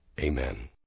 Amen